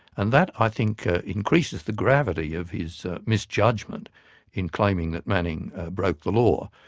and that i think increases the gravity of his misjudgment in claiming that manning broke the law.